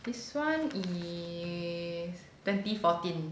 this one is twenty fourteen